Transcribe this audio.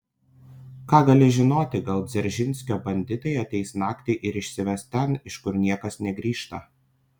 ką gali žinoti gal dzeržinskio banditai ateis naktį ir išsives ten iš kur niekas negrįžta